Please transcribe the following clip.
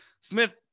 Smith